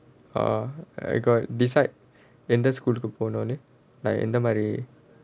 err I got decide எந்த:entha போனும்னு:ponumnu